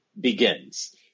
begins